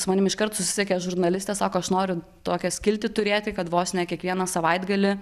su manim iškart susisiekė žurnalistė sako aš noriu tokią skiltį turėti kad vos ne kiekvieną savaitgalį